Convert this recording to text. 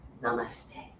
Namaste